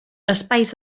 espais